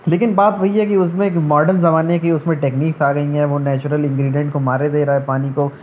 لیکن بات وہی ہے کہ اس میں ایک موڈرن زمانے کی اس میں ٹیکنیکس آ گئی ہیں وہ نیچرل انگریڈئنٹ کو مارے دے رہا ہے پانی کو